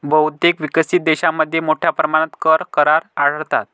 बहुतेक विकसित देशांमध्ये मोठ्या प्रमाणात कर करार आढळतात